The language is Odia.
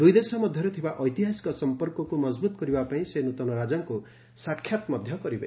ଦୁଇଦେଶ ମଧ୍ୟରେ ଥିବା ଐତିହାସିକ ସମ୍ପର୍କକୁ ମଜବୁତ କରିବା ପାଇଁ ସେ ନୃତନ ରାଜାଙ୍କୁ ସାକ୍ଷାତ କରିବେ